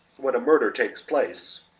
when a murder takes place,